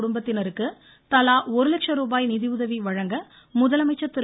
குடும்பத்தினருக்கு தலா ஒரு லட்சம் ரூபாய் நிதியுதவி வழங்க முதலமைச்சர் திரு